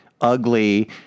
ugly